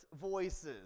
voices